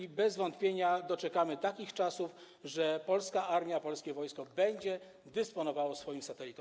I bez wątpienia doczekamy takich czasów, że polska armia, polskie wojsko będzie dysponowało swoim satelitą.